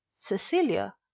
cecilia